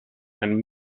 and